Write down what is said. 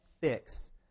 fix